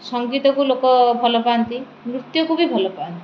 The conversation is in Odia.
ସଙ୍ଗୀତକୁ ଲୋକ ଭଲ ପାଆନ୍ତି ନୃତ୍ୟକୁ ବି ଭଲ ପାଆନ୍ତି